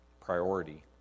priority